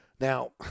Now